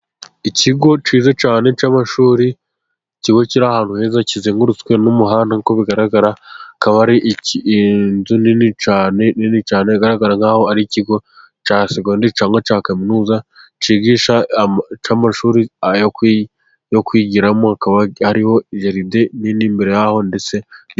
Ikigo cyiza cyane cy'amashuri, ikigo kiri ahantu heza, kizengurutswe n'umuhanda nkuko bigaragara, akaba ari inzu nini cyane, igaragara nk'aho ari ikigo cya segonderi cyangwa cya kaminuza, cy'amashuri yo kwigiramo, hariho jaride nini mbere yaho.